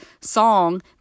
song